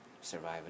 survive